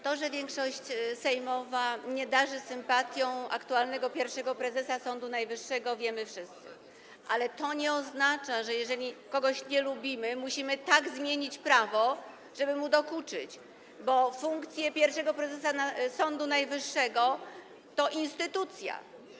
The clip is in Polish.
To, że większość sejmowa nie darzy sympatią aktualnego pierwszego prezesa Sądu Najwyższego, wiemy wszyscy, ale to nie oznacza, że jeżeli kogoś nie lubimy, musimy tak zmienić prawo, żeby mu dokuczyć, bo funkcja pierwszego prezesa Sądu Najwyższego to instytucja.